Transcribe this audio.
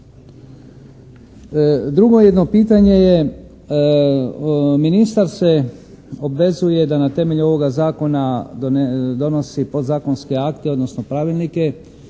Drugo jedno pitanje je ministar se obvezuje da na temelju ovoga zakona donosi podzakonske akte odnosno pravilnike.